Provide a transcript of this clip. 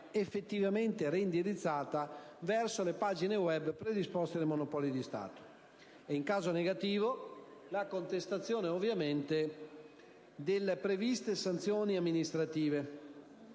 effettivamente reindirizzata verso la pagina *web* predisposta dai Monopoli di Stato e, in caso negativo, la contestazione ovviamente della prevista sanzione amministrativa